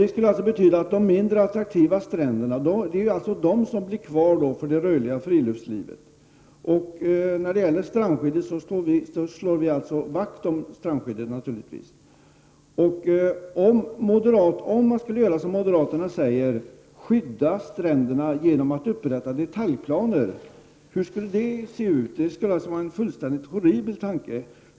Det skulle betyda att endast de mindre attraktiva stränderna blir kvar för det rörliga friluftslivet. Vi slår naturligtvis vakt om strandskyddet. Om man skulle, som moderaterna säger, skydda stränderna genom att upprätta detaljplaner, hur skulle det se ut? Det är en fullständigt horribel tanke.